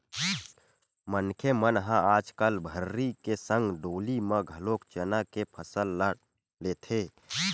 मनखे मन ह आजकल भर्री के संग डोली म घलोक चना के फसल ल लेथे